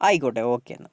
ആയിക്കോട്ടെ ഓക്കേ എന്നാൽ